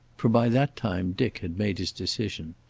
for by that time dick had made his decision.